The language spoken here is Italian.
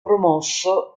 promosso